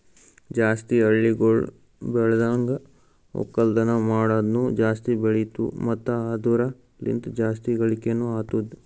ಜಾಸ್ತಿ ಹಳ್ಳಿಗೊಳ್ ಬೆಳ್ದನ್ಗ ಒಕ್ಕಲ್ತನ ಮಾಡದ್ನು ಜಾಸ್ತಿ ಬೆಳಿತು ಮತ್ತ ಅದುರ ಲಿಂತ್ ಜಾಸ್ತಿ ಗಳಿಕೇನೊ ಅತ್ತುದ್